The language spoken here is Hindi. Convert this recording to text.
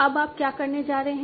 अब आप क्या करने जा रहे हो